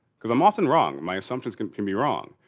because i'm often wrong, my assumptions can can be wrong.